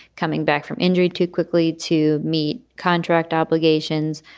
coming back from injury too quickly to meet contract obligations,